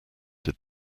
did